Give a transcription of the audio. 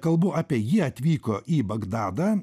kalbu apie jie atvyko į bagdadą